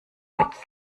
mit